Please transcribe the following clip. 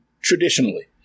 traditionally